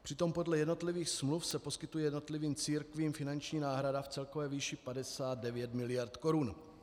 Přitom podle jednotlivých smluv se poskytuje jednotlivým církvím finanční náhrada v celkové výši 59 miliard korun.